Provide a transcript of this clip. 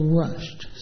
rushed